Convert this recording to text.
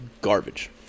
garbage